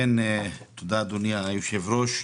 תודה, אדוני היושב-ראש.